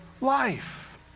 life